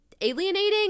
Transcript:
alienating